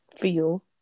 feel